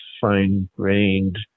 fine-grained